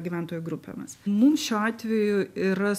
gyventojų grupėmis mums šiuo atveju yra